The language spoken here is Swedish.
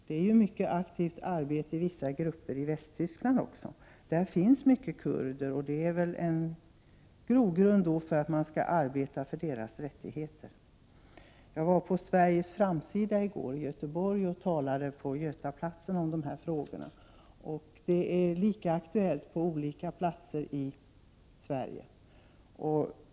I vissa grupper i Västtyskland förekommer mycket aktivt arbete. Där finns många kurder, och det är en grogrund för arbete för deras rättigheter. Jag var på Sveriges framsida i går — Göteborg — och talade på Götaplatsen om dessa frågor. Frågorna är lika aktuella på olika platser i Sverige.